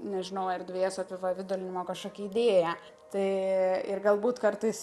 nežinau erdvės apipavidalinimo kažkokia idėja tai ir galbūt kartais